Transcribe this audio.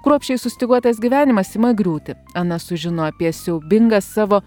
kruopščiai sustyguotas gyvenimas ima griūti ana sužino apie siaubingą savo